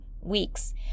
weeks